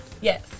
Yes